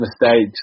mistakes